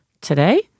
Today